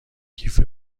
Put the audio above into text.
کیف